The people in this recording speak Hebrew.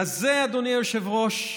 לזה, אדוני היושב-ראש,